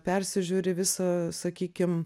persižiūri visą sakykim